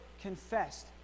confessed